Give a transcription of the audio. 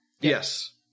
Yes